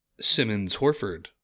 Simmons-Horford